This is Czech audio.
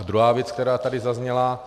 Druhá věc, která tady zazněla.